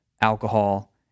alcohol